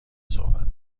صحبت